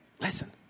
Listen